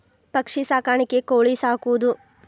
ಪಕ್ಷಿ ಸಾಕಾಣಿಕೆ ಕೋಳಿ ಸಾಕುದು